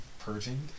Purging